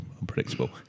unpredictable